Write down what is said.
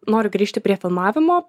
noriu grįžti prie filmavimo